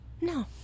No